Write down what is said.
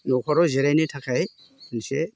नखराव जिरायनो थाखाय मोनसे